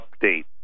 update